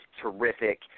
terrific